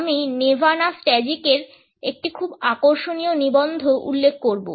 আমি নেভানা স্ট্যাজিকের একটি খুব আকর্ষণীয় নিবন্ধ উল্লেখ করবো